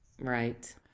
Right